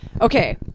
Okay